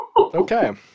Okay